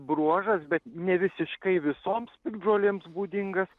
bruožas bet nevisiškai visoms piktžolėms būdingas